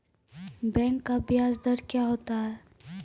Bank का ब्याज दर क्या होता हैं?